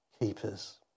keepers